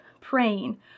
praying